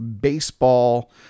baseball